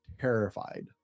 terrified